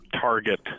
target